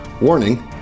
Warning